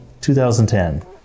2010